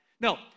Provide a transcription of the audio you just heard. No